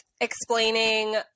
explaining